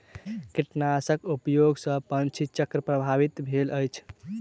कीटनाशक उपयोग सॅ पंछी चक्र प्रभावित भेल अछि